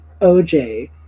OJ